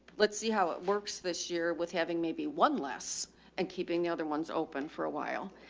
let's see how it works this year with having maybe one less and keeping the other ones open for awhile.